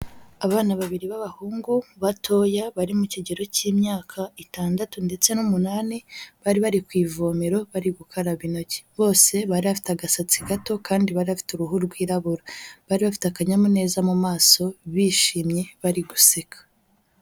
Abana babiri b'abahungu batoya bari mu kigero cy'imyaka itandatu ndetse n'umunani, bari bari ku ivomero bari gukaraba intoki, bose bari bafite agasatsi gato, kandi bari bafite uruhu rwirabura, bari bafite akanyamuneza mu maso, bishimye, bari guseka.